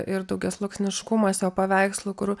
ir daugiasluoksniškumas jo paveikslų kur